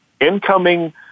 incoming